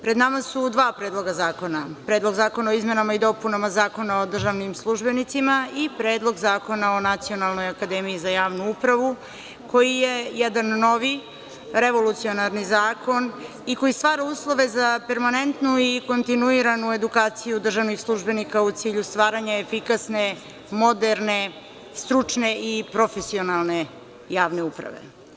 Pred nama su dva predloga zakona - Predlog zakona o izmenama i dopunama Zakona o državnim službenicima i Predlog zakona o Nacionalnoj akademiji za javnu upravu, koji je jedan noviji revolucionarni zakon i koji stvara uslove za permanentnu i kontinuiranu edukaciju državnih službenika u cilju stvaranja efikasne, moderne, stručne i profesionalne javne uprave.